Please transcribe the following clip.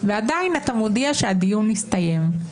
ועדיין אתה מודיע שהדיון הסתיים.